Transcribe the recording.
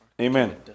Amen